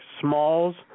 Smalls